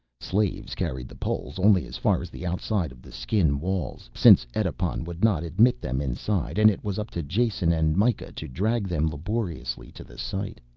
slaves carried the poles only as far as the outside of the skin walls, since edipon would not admit them inside, and it was up to jason and mikah to drag them laboriously to the site.